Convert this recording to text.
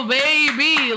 baby